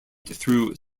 through